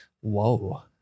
Whoa